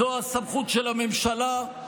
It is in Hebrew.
זאת הסמכות של הממשלה,